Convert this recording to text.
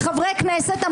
כחברי כנסת,